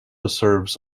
serves